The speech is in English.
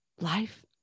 Life